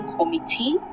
Committee